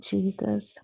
Jesus